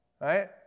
Right